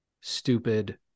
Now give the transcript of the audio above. stupid